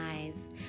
eyes